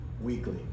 weekly